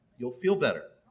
you'll feel better.